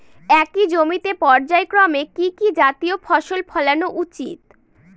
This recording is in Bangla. একই জমিতে পর্যায়ক্রমে কি কি জাতীয় ফসল ফলানো উচিৎ?